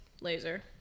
Laser